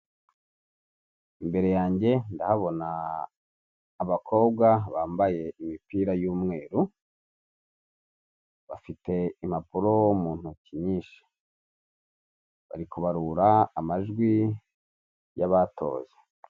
Imbere yanjye ndahabona abakobwa bambaye imipira y'umweru, bafite impapuro mu ntoki nyinshi bari kubarura amajwi y'abatoye.